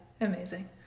amazing